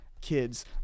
kids